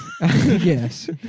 Yes